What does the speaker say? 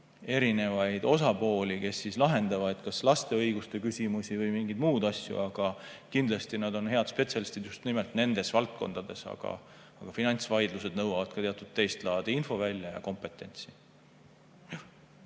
erinevaid osapooli, kes lahendavad kas laste õiguste küsimusi või mingeid muid asju, ja kindlasti on nad head spetsialistid just nimelt nendes valdkondades, aga finantsvaidlused nõuavad teatud teist laadi infovälja ja kompetentsi.